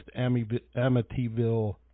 Amityville